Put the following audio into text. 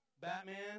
Batman